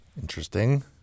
Interesting